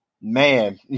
man